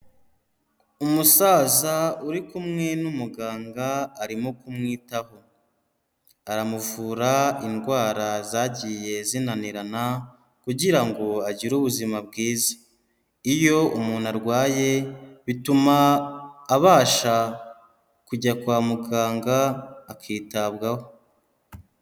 Umusaza uri kumwe n'umuganga arimo kumwitaho, aramuvura indwara zagiye zinanirana kugira ngo agire ubuzima bwiza, iyo umuntu arwaye bituma abasha kujya kwa muganga akitabwaho.